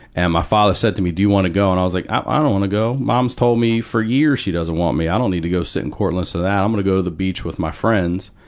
and my father said to me, do you wanna go? and i was like, i ah i don't wanna go. mom's told me for years she doesn't want me. i don't need to go sit in court and listen to that. i'm gonna go to the beach with my friends.